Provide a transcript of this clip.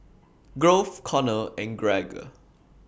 Grove Konner and Gregg